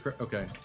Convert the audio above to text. Okay